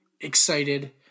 excited